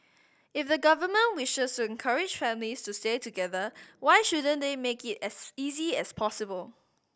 if the government wishes to encourage families to stay together why shouldn't they make it as easy as possible